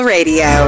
Radio